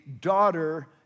daughter